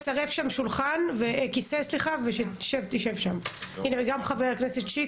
ואני אגיד למה: אני הגשתי חוק,